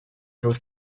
north